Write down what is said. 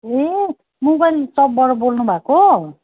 ए mobile सपबाट बोल्नुभएको